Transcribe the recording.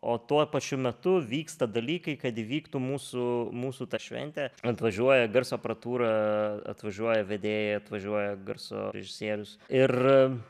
o tuo pačiu metu vyksta dalykai kad įvyktų mūsų mūsų ta šventė atvažiuoja garso aparatūra atvažiuoja vedėjai atvažiuoja garso režisierius ir